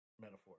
metaphor